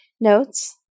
notes